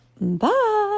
Bye